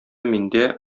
миндә